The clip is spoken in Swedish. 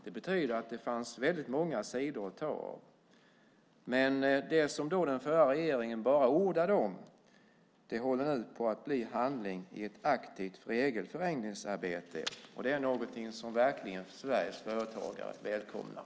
Det betyder att det fanns många sidor att ta av. Men det som den förra regeringen bara ordade om håller nu på att bli handling i ett aktivt regelförenklingsarbete, och det är någonting som Sveriges företagare verkligen välkomnar.